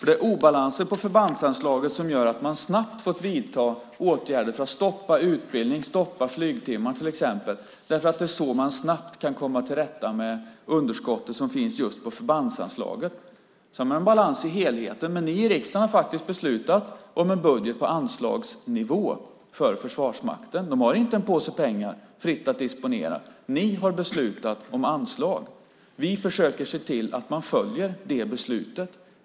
Det är obalanser på förbandsanslaget som gör att man snabbt fått vidta åtgärder för att stoppa utbildning och flygtimmar till exempel därför att det är så man snabbt kan komma till rätta med underskottet som finns just på förbandsanslaget. När det gäller balansen i helheten har ni i riksdagen beslutat om en budget på anslagsnivå för Försvarsmakten. De har inte en påse pengar att fritt disponera. Ni har beslutat om anslag. Vi försöker se till att man följer det beslutet.